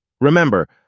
Remember